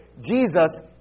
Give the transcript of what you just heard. jesus